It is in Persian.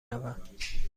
روم